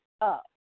up